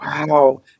Wow